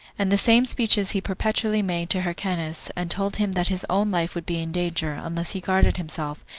and the same speeches he perpetually made to hyrcanus and told him that his own life would be in danger, unless he guarded himself,